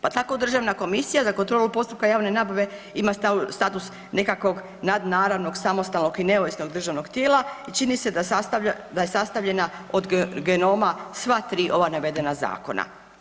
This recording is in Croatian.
Pa tako Državna komisija za kontrolu postupaka javne nabave ima status nekakvog nadnaravnog, samostalnog i neovisnog državnog tijela i čini se da je sastavljena od genoma sva tri ova navedena zakona.